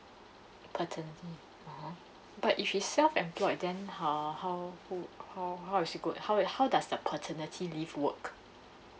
paternity orh but if he's self employed then ha how who how how is he going how how does that paternity leave work